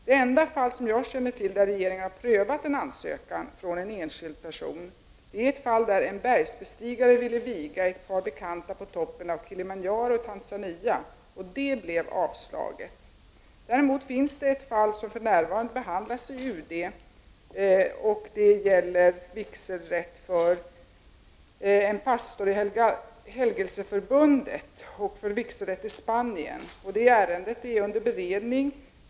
Det enda fall som jag känner till där regeringen har prövat en ansökan från en enskild person är ett fall där en bergsbestigare ville viga ett par bekanta på toppen av Kilimanjaro i Tanzania, och det blev avslag. Däremot finns det ett fall som för närvarande behandlas i UD. Det gäller vigselrätt i Spanien för en pastor i Helgelseförbundet. Ärendet är under beredning.